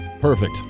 perfect